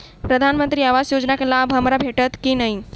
प्रधानमंत्री आवास योजना केँ लाभ हमरा भेटतय की नहि?